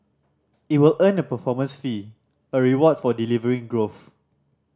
it will earn a performance fee a reward for delivering growth